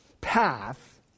path